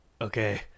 okay